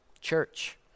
church